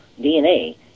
DNA